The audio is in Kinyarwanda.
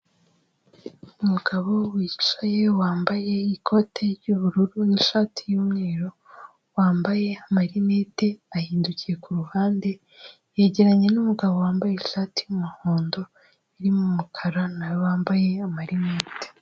Umugabo wicaye wambaye ikote ry'ubururu n'ishati y'umweru, wambaye amarinete ahindukiye ku ruhande, yegeranye n'umugabo wambaye ishati y'umuhondo irimo umukara na we wambaye amarinete.